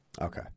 okay